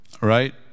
right